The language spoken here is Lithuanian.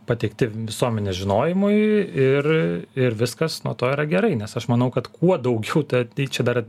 pateikti visuomenės žinojimui ir ir viskas nuo to yra gerai nes aš manau kad kuo daugiau ta tyčia dar